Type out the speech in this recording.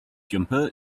jumper